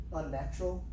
unnatural